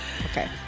Okay